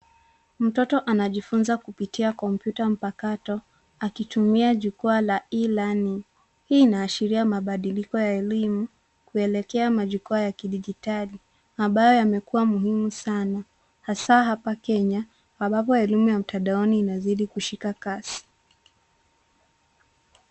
Mtoto anajifunza kupitia kompyuta mpakato akitumia jukwaa la e-learning . Hii inawaashiria mbadiliko wa elimu kuelekea majukwaa ya kidigitali ambayo yamekuwa muhimu sana, hasa hapa Kenya ambapo elimu ya mtandaoni inazidi kushika kasi.